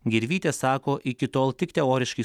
gervytė sako iki tol tik teoriškai